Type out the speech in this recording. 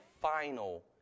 final